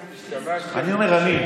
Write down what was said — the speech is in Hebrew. בכנסת, השתמשתם בסעיף 98,